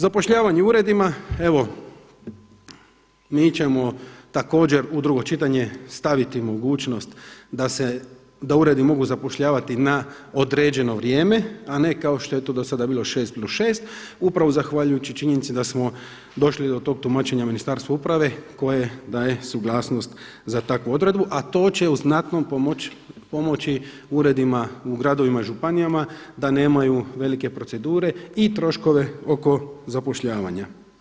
Zapošljavanje u uredima, evo mi ćemo također u drugo čitanje staviti mogućnost da uredi mogu zapošljavati na određeno vrijeme, a ne kao što je to do sada bilo 6 plus 6 upravo zahvaljujući činjenici da smo došli do tog tumačenja Ministarstva uprave koje daje suglasnost za takvu odredbu, a to će u znatnom pomoći uredima u gradovima i županijama da nemaju velike procedure i troškove oko zapošljavanja.